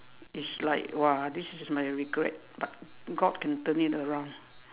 it's like !wah! this is my regret but God can turn it around